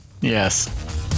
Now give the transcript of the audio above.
yes